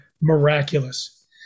miraculous